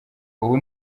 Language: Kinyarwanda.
ubu